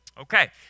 Okay